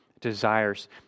desires